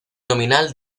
nominal